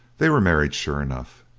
they were married sure enough.